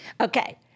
Okay